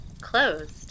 closed